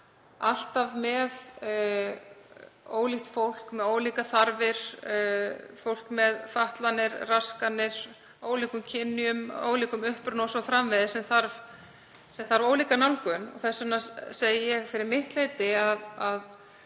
alltaf með ólíkt fólk, með ólíkar þarfir, fólk með fatlanir, raskanir, af ólíkum kynjum, af ólíkum uppruna o.s.frv., sem þarf ólíka nálgun. Þess vegna segi ég fyrir mitt leyti að